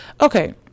Okay